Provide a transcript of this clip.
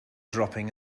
dropping